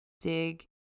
dig